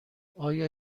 آیا